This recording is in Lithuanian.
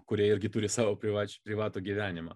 kurie irgi turi savo privačią privatų gyvenimą